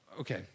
okay